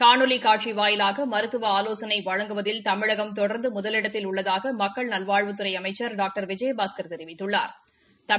காணொலி காட்சி வாயிலாக மருத்துவ ஆலோசனை வழங்குவதில் தமிழகம் தொடா்ந்து முதலிடத்தில் உள்ளதாக மக்கள் நல்வாழ்வுத்துறை அமைச்சர் டாக்டர் விஜயபாஸ்கர் தெரிவித்துள்ளா்